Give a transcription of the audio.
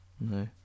No